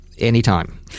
anytime